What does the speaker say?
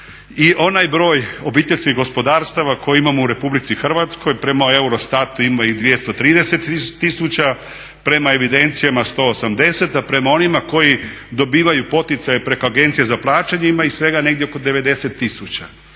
i onaj broj obiteljskih gospodarstava koji imamo u Republici Hrvatskoj prema EUROSTAT-u ima ih 230 tisuća, prema evidencijama 180 a prema onima koji dobivaju poticaje preko agencije za plaćanje ima ih svega negdje oko 90 tisuća.